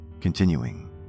continuing